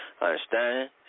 Understand